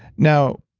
now,